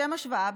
לשם השוואה,